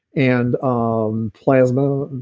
and um plasma,